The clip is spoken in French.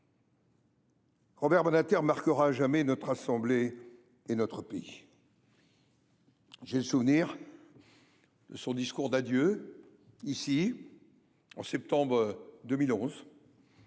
Robert Badinter marquera à jamais notre assemblée et notre pays. J’ai le souvenir de son discours d’adieu, ici, en septembre 2011.